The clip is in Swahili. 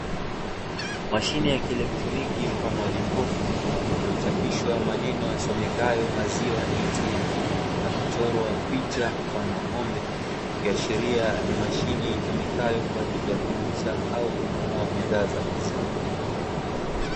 Mashine ya kieletronoki mfano wa jokofu, iliyochapishwa maneno yasomekayo "Maziwa Atm" na kuchorwa picha mfano wa ngombe, ikiashiria ni mashine itumikayo kuuza au kununua bidhaa za maziwa.